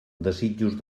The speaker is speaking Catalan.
desitjos